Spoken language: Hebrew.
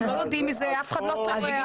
הם לא יודעים מזה, אף אחד לא טורח.